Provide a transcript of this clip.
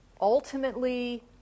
ultimately